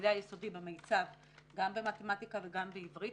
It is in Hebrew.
היסודי במיצ"ב גם במתמטיקה וגם בעברית,